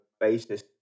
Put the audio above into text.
basis